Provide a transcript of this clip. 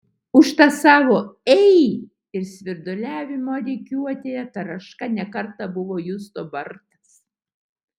už tą savo ei ir svirduliavimą rikiuotėje taraška ne kartą buvo justo bartas